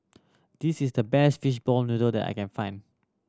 this is the best fishball noodle that I can find